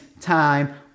time